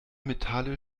metalle